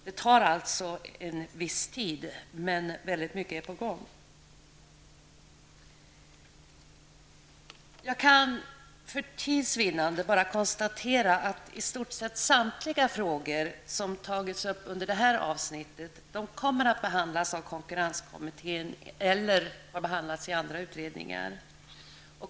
Det tar alltså en viss tid, men väldigt mycket är på gång. Jag kan för tids vinnande bara konstatera att i stort sett samtliga frågor som tagits upp under det här avsnittet kommer att behandlas av konkurrenskommittén eller har behandlats i andra utredningar.